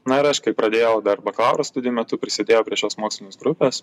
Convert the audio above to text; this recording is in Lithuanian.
na ir aš kai pradėjau dar bakalauro studijų metu prisidėjau prie šios mokslinės grupės